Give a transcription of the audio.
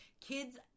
Kids